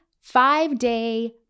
five-day